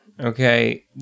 Okay